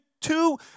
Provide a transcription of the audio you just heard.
two